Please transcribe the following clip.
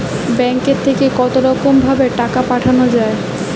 ব্যাঙ্কের থেকে কতরকম ভাবে টাকা পাঠানো য়ায়?